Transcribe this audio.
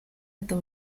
это